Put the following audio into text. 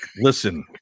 listen